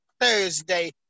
Thursday